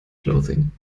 clothing